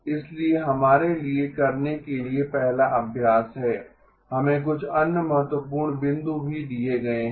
इसलिए हमारे लिए करने के लिए पहला अभ्यास है हमें कुछ अन्य महत्वपूर्ण बिंदु भी दिए गए हैं